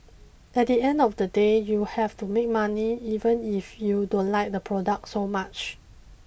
at the end of the day you have to make money even if you don't like the product so much